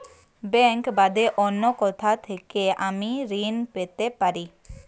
Bank বাদে অন্য কোথা থেকে আমি ঋন পেতে পারি?